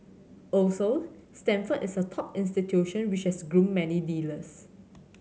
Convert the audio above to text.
also Stanford is a top institution which has groomed many leaders